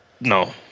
No